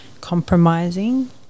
compromising